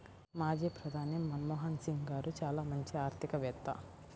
మాజీ ప్రధాని మన్మోహన్ సింగ్ గారు చాలా మంచి ఆర్థికవేత్త